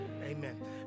Amen